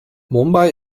mumbai